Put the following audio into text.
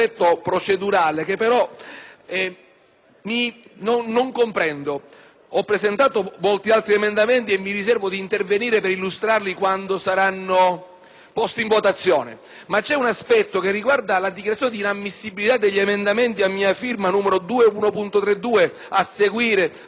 non comprendo. Ho presentato molti altri emendamenti e mi riservo di intervenire per illustrarli quando saranno posti in votazione. Intervengo adesso su un aspetto riguardante la dichiarazione di inammissibilità degli emendamenti a mia firma, 2.132, 2.133 e 2.142,